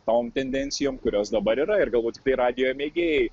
tom tendencijom kurios dabar yra ir galbūt tiktai radijo mėgėjai